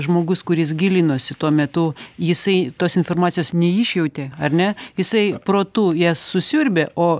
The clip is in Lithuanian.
žmogus kuris gilinosi tuo metu jisai tos informacijos neišjautė ar ne jisai protu jas susiurbia o